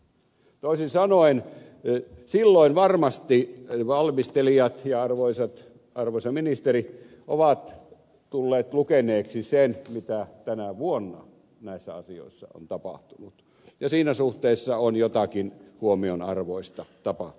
toisin sanoen silloin varmasti valmistelijat ja arvoisa ministeri ovat tulleet lukeneiksi sen mitä tänä vuonna näissä asioissa on tapahtunut ja siinä suhteessa on jotakin huomionarvoista tapahtunut